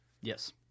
Yes